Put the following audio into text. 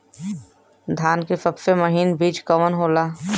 धान के सबसे महीन बिज कवन होला?